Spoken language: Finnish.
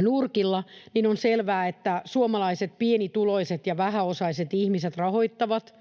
nurkilla, niin on selvää, että suomalaiset pienituloiset ja vähäosaiset ihmiset rahoittavat